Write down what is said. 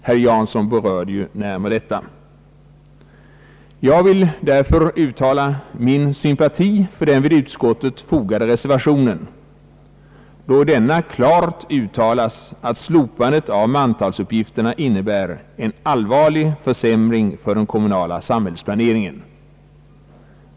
Herr Jansson berörde detta. Jag vill därför uttala min sympati för den vid utskottet fogade reservationen, då den klart uttalar att slopandet av mantalsuppgifterna innebär en allvarlig försämring för den kommunala samhällsplaneringen.